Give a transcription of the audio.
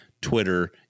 twitter